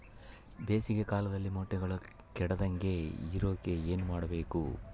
ಬೇಸಿಗೆ ಕಾಲದಲ್ಲಿ ಮೊಟ್ಟೆಗಳು ಕೆಡದಂಗೆ ಇರೋಕೆ ಏನು ಮಾಡಬೇಕು?